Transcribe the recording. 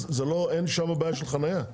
אז אין שם בעיה של חניה.